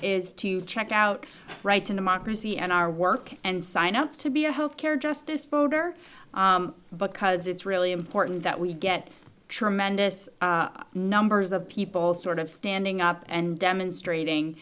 is to check out right to democracy and our work and sign up to be a health care justice voter because it's really important that we get tremendous numbers of people sort of standing up and demonstrating